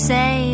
Say